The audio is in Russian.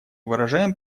выражаем